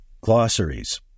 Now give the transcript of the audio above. glossaries